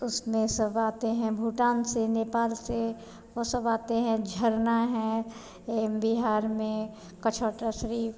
उस में सब आते हैं भूटान से नेपाल से वे सब आते हैं झरना है बिहार में कछौटा श्री शरीफ